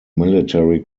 military